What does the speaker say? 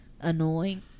annoying